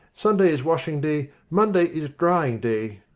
sunday is washing day. monday is drying day